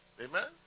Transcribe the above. Amen